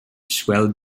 swelled